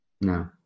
No